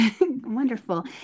Wonderful